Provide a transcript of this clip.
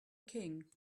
king